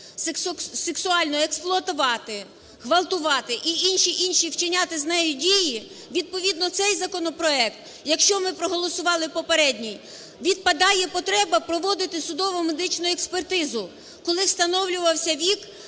сексуально експлуатувати, ґвалтувати і інші-інші вчиняти з нею дії, відповідно цей законопроект, якщо ми проголосували попередній, відпадає потреба проводити судово-медичну експертизу, коли встановлювався вік